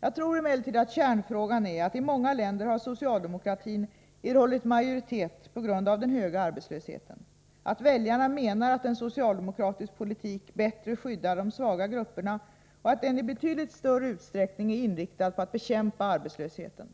Jag tror emellertid att kärnfrågan är att i många länder har socialdemokratin erhållit majoritet på grund av den höga arbetslösheten — att väljarna menar att en socialdemokratisk politik bättre skyddar de svaga grupperna och att den i betydligt större utsträckning är inriktad på att aktivt bekämpa arbetslösheten.